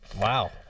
Wow